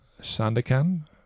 Sandakan